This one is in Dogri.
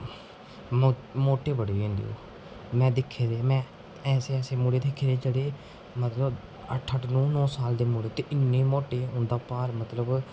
मुट्टे बडे़ होई जंदे में दिक्खे दे में ऐसे ऐसे मुडे दिक्खे दे जेह्डे़ मतलब अट्ठ अट्ठ नो नो साल दे मुडे ते इन्ने मुट्टे उं'दा भार मतलब